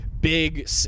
big